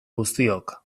guztiok